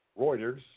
Reuters